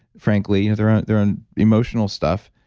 frankly, you know their own their own emotional stuff,